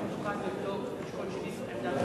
אני מוכן לבדוק כל מיני,